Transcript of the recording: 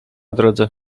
drodze